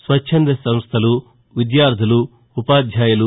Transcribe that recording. స్వచ్చంద సంస్దలు విద్యార్థులు ఉపాధ్యాయులు